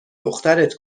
دخترت